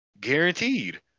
guaranteed